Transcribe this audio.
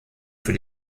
für